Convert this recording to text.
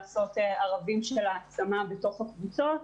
לעשות ערבים של העצמה בתוך הקבוצה,